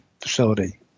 facility